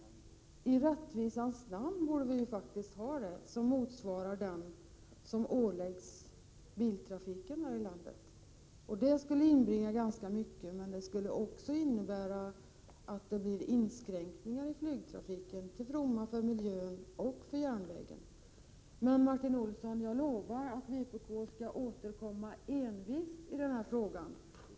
I rättvisans namn borde en sådan skatt införas som motsvarar den skatt som åläggs biltrafiken här i landet. Det skulle inbringa ganska mycket pengar, men det skulle också innebära att det gjordes inskränkningar i flygtrafiken, till fromma för miljön och för järnvägen. Jag lovar Martin Olsson att vpk envist skall återkomma i denna fråga.